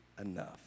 enough